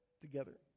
together